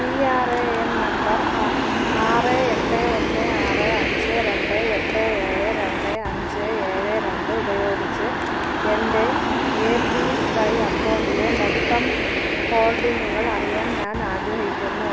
P R A N number ആറ് എട്ട് ഒന്ന് ആറ് അഞ്ച് രണ്ട് എട്ട് ഏഴ് രണ്ട് അഞ്ച് ഏഴ് രണ്ട് ഉപയോഗിച്ച് എൻറെ എ പി വൈ അക്കൗണ്ടിലെ മൊത്തം ഹോൾഡിംഗുകൾ അറിയാൻ ഞാൻ ആഗ്രഹിക്കുന്നു